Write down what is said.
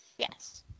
Yes